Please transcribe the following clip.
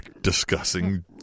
discussing